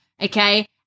okay